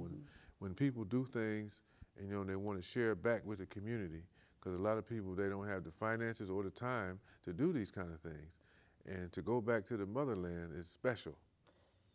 when when people do things you know they want to share back with the community because a lot of people they don't have the finances or the time to do these kind of things and to go back to the motherland is special